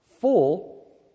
full